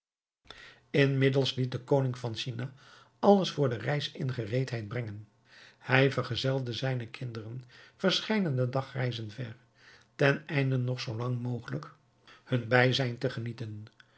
inmiddels liet de koning van china alles voor de reis in gereedheid brengen hij vergezelde zijne kinderen verscheidene dagreizen ver ten einde nog zoo lang mogelijk hun bijzijn te genieten